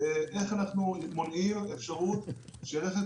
והוא נוסע איך אנחנו מונעים אפשרות שרכב